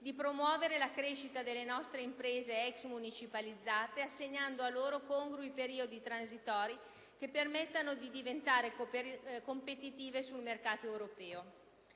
di promuovere la crescita delle nostre imprese ex municipalizzate, assegnando loro congrui periodi transitori che permettano loro di diventare competitive sul mercato europeo.